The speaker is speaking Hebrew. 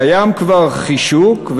קיים כבר חישוק,